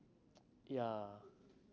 yeah